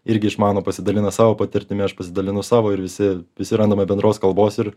irgi išmano pasidalina savo patirtimi aš pasidalinu savo ir visi visi randame bendros kalbos ir